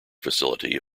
facility